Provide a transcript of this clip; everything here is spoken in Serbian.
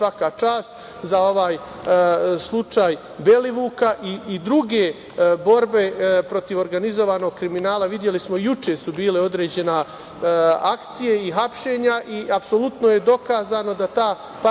svaka čast za ovaj slučaj Belivuka i druge borbe protiv organizovanog kriminala, videli smo i juče su bile određene akcije i hapšenja, i apsolutno je dokazano da ta partijska